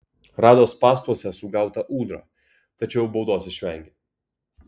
rado spąstuose sugautą ūdrą tačiau baudos išvengė